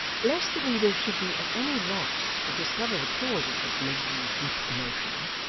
lest the reader should be at any loss to discover the cause of miss miggs's deep emotion,